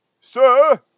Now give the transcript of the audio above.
Sir